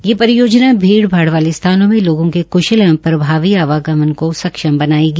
ये परियोजना भीड़ भाड़ वाले स्थानों में लोगों के कृशल एवं प्रभावी आवागमन को सक्षम बनायेंगी